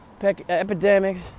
epidemics